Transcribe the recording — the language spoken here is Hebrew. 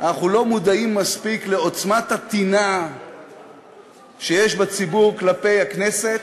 אנחנו לא מודעים מספיק לעוצמת הטינה שיש בציבור כלפי הכנסת,